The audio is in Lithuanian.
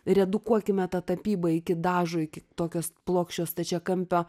redukuokime tą tapybą iki dažo iki tokio s plokščio stačiakampio